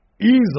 easily